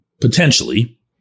potentially